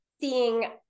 seeing